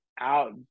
out